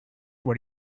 when